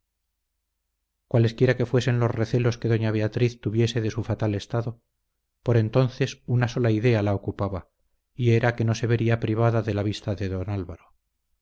cualesquiera que fuesen los recelos que doña beatriz tuviese de su fatal estado por entonces una sola idea la ocupaba y era que no se vería privada de la vista de don álvaro